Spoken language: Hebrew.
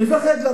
הם מפחדים.